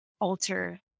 alter